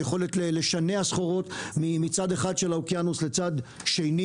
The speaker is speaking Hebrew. היכולת לשנע סחורות מצד אחד של האוקיינוס לצד שני,